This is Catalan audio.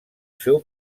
seu